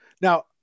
now